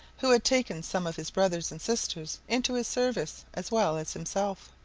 who had taken some of his brothers and sisters into his service as well as himself.